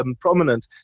prominent